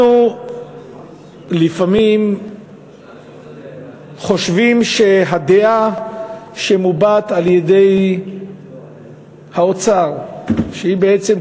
אנחנו לפעמים חושבים שהדעה שמובעת על-ידי האוצר היא בעצם,